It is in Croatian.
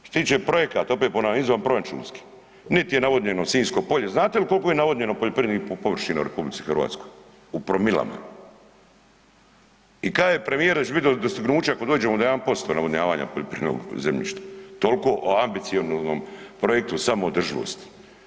Što se tiče projekata, opet ponavljam izvanproračunskih, nit je navodnjeno Sinjsko polje, znate li koliko je navodnjeno poljoprivrednih površina u RH u promilama i kaže premijer da će biti dostignuće ako dođemo do 1% navodnjavanja poljoprivrednog zemljišta, toliko o ambicioznom projektu samoodrživosti.